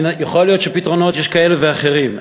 יכול להיות שפתרונות יש כאלה ואחרים,